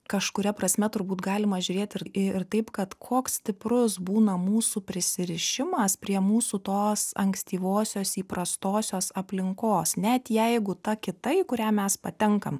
kažkuria prasme turbūt galima žiūrėt ir ir taip kad koks stiprus būna mūsų prisirišimas prie mūsų tos ankstyvosios įprastosios aplinkos net jeigu ta kita į kurią mes patenkam